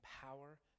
power